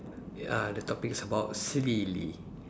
ya the topic is about silly